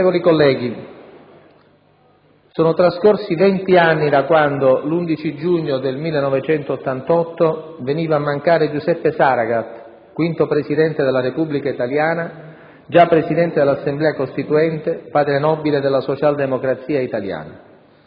Onorevoli colleghi, sono trascorsi venti anni da quando, l'11 giugno 1988, veniva a mancare Giuseppe Saragat, quinto Presidente della Repubblica italiana, già Presidente dell'Assemblea costituente, padre nobile della socialdemocrazia italiana.